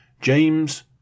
James